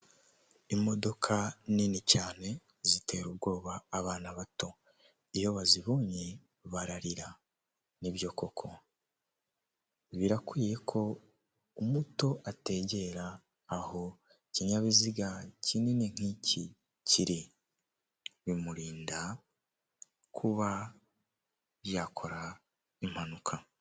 Imodoka nini cyane zitera ubwoba abana bato, iyo bazibonye bararira, nibyo koko, birakwiye ko umuto ategera aho ikinyabiziga kinini nk'iki kiri, bimurinda kuba yakora impanuka.